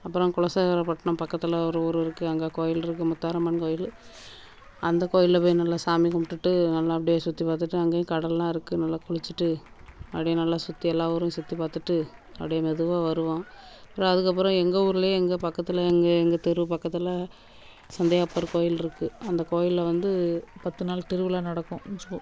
அப்புறம் குலசேகரபட்னம் பக்கத்தில் ஒரு ஊர் இருக்குது அங்கே கோயில் இருக்குது முத்தாரம்மன் கோயில் அந்த கோயில்ல போய் நல்லா சாமி கும்பிடுட்டு நல்லா அப்படே சுற்றி பார்த்துட்டு அங்கேயும் கடல்லாம் இருக்குது நல்லா குளிச்சிட்டு அப்படே நல்லா சுற்றி எல்லா ஊரையும் சுற்றி பார்த்துட்டு அப்படே மெதுவாக வருவோம் அப்புறம் அதுக்கப்புறம் எங்கள் ஊர்லேயே எங்கள் பக்கத்தில் எங்கள் எங்கள் தெரு பக்கத்தில் சந்தியா அப்பர் கோயில் இருக்குது அந்த கோவில்ல வந்து பத்து நாள் திருவிழா நடக்கும்